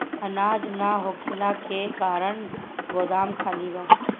अनाज ना होखला के कारण गोदाम खाली बा